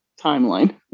timeline